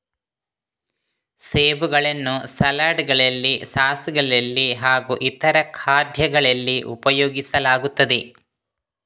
ಸೇಬುಗಳನ್ನು ಸಲಾಡ್ ಗಳಲ್ಲಿ ಸಾಸ್ ಗಳಲ್ಲಿ ಹಾಗೂ ಇತರ ಖಾದ್ಯಗಳಲ್ಲಿ ಉಪಯೋಗಿಸಲಾಗುತ್ತದೆ